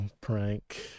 prank